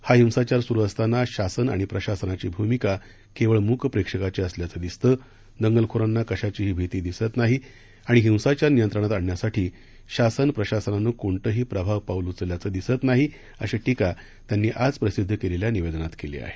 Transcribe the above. हा हिंसाचार सुरु असताना शासन आणि प्रशासनाची भूमिका केवळ मूक प्रेक्षकाची असल्याचं दिसतं दंगलखोरांना कशाचीही भीती दिसत नाही आणि हिंसाचार नियंत्रणात आणण्यासाठी शासन प्रशासनानं कोणतंही प्रभावी पाऊल उचलल्याचं दिसत नाही अशी टीका त्यांनी आज प्रसिद्ध केलेल्या निवेदनात केली आहे